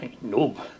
no